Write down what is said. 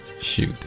Shoot